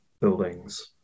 buildings